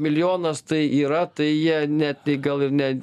milijonas tai yra tai jie ne tai gal ir ne